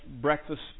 breakfast